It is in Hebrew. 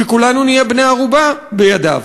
שכולנו נהיה בני-ערובה בידיו.